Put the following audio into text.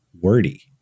wordy